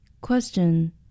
Question